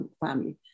family